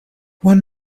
one